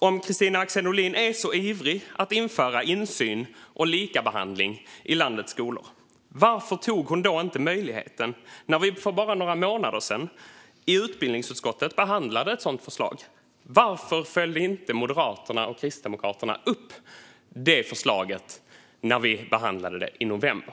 Om Kristina Axén Olin är så ivrig att införa insyn och likabehandling i landets skolor, varför tog hon då inte möjligheten när vi för bara några månader sedan behandlade ett sådant förslag i utbildningsutskottet? Varför följde inte Moderaterna och Kristdemokraterna upp det förslaget när vi behandlade det i november?